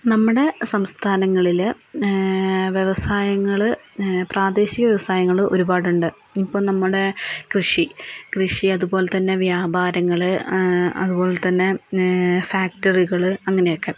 നമ്മുടെ സംസ്ഥാനങ്ങളിൽ വ്യവസായങ്ങൾ പ്രാദേശിക വ്യവസായങ്ങൾ ഒരുപാട് ഉണ്ട് ഇപ്പോൾ നമ്മുടെ കൃഷി കൃഷി അതുപോലെ തന്നെ വ്യാപാരങ്ങൾ അതുപോലെ തന്നെ ഫാക്ടറികൾ അങ്ങനെയൊക്കെ